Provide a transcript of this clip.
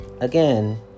again